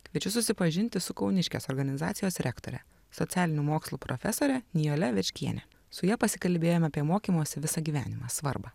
kviečiu susipažinti su kauniškės organizacijos rektore socialinių mokslų profesore nijole večkiene su ja pasikalbėjom apie mokymosi visą gyvenimą svarbą